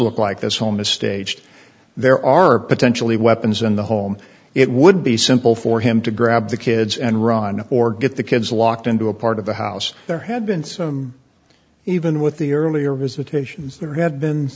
look like this home is staged there are potentially weapons in the home it would be simple for him to grab the kids and run or get the kids locked into a part of the house there had been some even with the earlier visitations there had been